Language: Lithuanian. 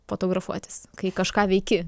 fotografuotis kai kažką veiki